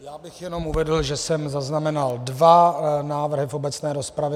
Já bych jenom uvedl, že jsem zaznamenal dva návrhy v obecné rozpravě.